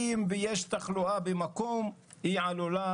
אם יש תחלואה במקום מסוים היא עלולה